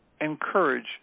encourage